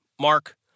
Mark